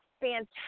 fantastic